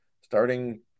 Starting